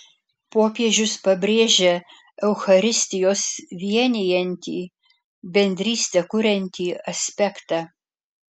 popiežius pabrėžia eucharistijos vienijantį bendrystę kuriantį aspektą